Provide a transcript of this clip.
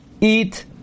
eat